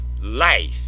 life